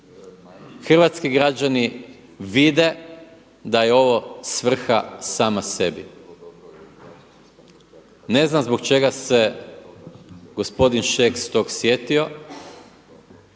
Hrvatski građani vide da je ovo svrha sama sebi. Ne znam zbog čega se gospodin Šeks tog sjetio,